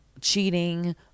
cheating